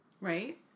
Right